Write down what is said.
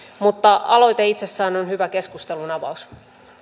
mutta aloite itsessään on hyvä keskustelunavaus